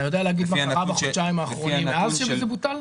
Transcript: אתה יודע להגיד מה קרה בחודשיים האחרונים מאז שזה בוטל?